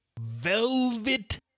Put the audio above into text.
Velvet